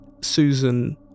Susan